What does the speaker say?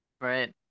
Right